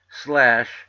slash